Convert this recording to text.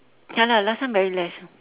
ya lah last time very less